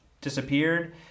disappeared